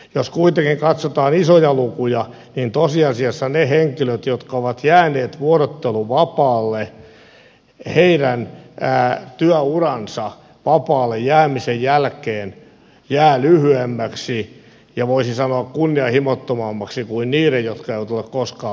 jos kuitenkin katsotaan isoja lukuja niin tosiasiassa niiden henkilöiden jotka ovat jääneet vuorotteluvapaalle työura vapaalle jäämisen jälkeen jää lyhyemmäksi ja voisi sanoa kunnianhimottomammaksi kuin niiden jotka eivät ole koskaan vapaalle jääneet